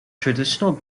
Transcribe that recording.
traditional